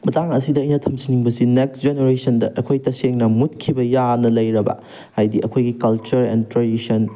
ꯃꯇꯥꯡ ꯑꯁꯤꯗ ꯑꯩꯅ ꯊꯝꯖꯅꯤꯡꯕꯁꯤ ꯅꯦꯛꯁ ꯖꯦꯅꯦꯔꯦꯁꯟꯗ ꯑꯩꯈꯣꯏ ꯇꯁꯦꯡꯅ ꯃꯨꯠꯈꯤꯕ ꯌꯥꯅ ꯂꯩꯔꯕ ꯍꯥꯏꯗꯤ ꯑꯩꯈꯣꯏꯒꯤ ꯀꯜꯆꯔ ꯑꯦꯟ ꯇ꯭ꯔꯦꯗꯤꯁꯟ